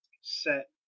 set